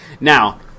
now